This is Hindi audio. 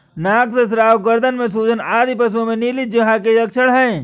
नाक से स्राव, गर्दन में सूजन आदि पशुओं में नीली जिह्वा के लक्षण हैं